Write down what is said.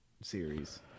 series